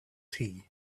tea